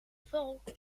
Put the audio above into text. valk